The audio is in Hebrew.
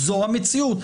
זו המציאות.